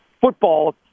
football